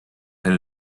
and